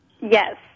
yes